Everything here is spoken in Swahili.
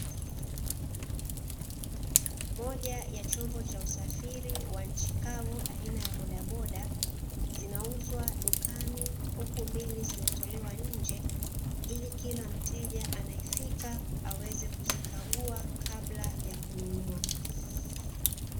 Moja ya chombo cha usafiri wa nchi kavu aina ya bodaboda, zinauzwa dukani huku mbili zimetolewa njee ili kila mteja anayefika aweze kuzikagua kabla ya kununua.